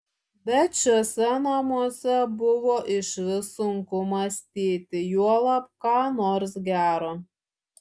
bet šiuose namuose buvo išvis sunku mąstyti juolab ką nors gero